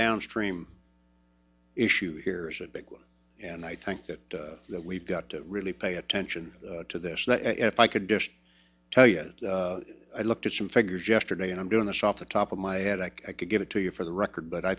downstream issue here is a big one and i think that that we've got to really pay attention to this that if i could just tell you i looked at some figures yesterday and i'm doing this off the top of my head i could get it to you for the record but i